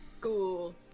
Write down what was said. Cool